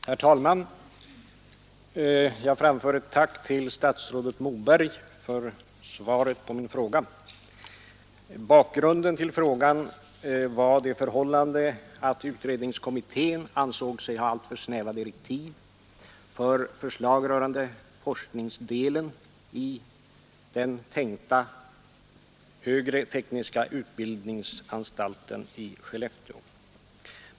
Herr talman! Jag framför ett tack till statsrådet Moberg för svaret på min fråga. Bakgrunden till denna var det förhållandet att organisationskommittén ansåg sig ha alltför snäva direktiv för förslag rörande forskningsdelen i den tänkta högre utbildningen i Skellefteå.